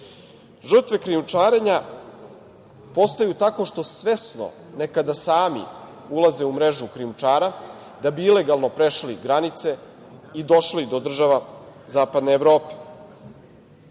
Žrtve krijumčarenja postaju tako što svesno, nekada sami ulaze u mrežu krijumčara da bi ilegalno prešli granice i došli do država Zapadne Evrope. Srbija